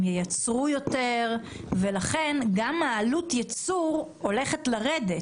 הם ייצרו יותר ולכן גם עלות הייצור הולכת לרדת.